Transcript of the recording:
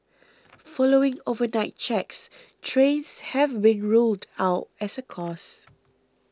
following overnight checks trains have been ruled out as a cause